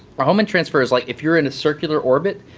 a hohmann transfer is like if you're in a circular orbit,